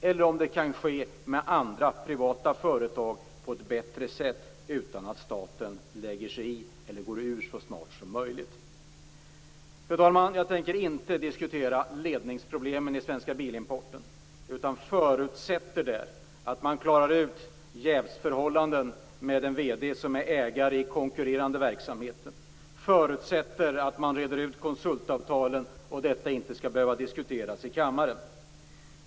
Kan det i stället ske med andra privata företag på ett bättre sätt utan att staten lägger sig i eller genom att staten drar sig ur så snart som möjligt? Herr talman! Jag tänker inte diskutera ledningsproblemen i Svenska Bilimporten, utan förutsätter att man klarar ut jävsförhållanden med en vd som är ägare i den konkurrerande verksamheten. Jag förutsätter också att man reder ut konsultavtalen och att de inte skall behöva diskuteras i kammaren.